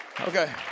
Okay